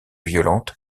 violente